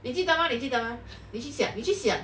你记得吗你记得吗你去想你去想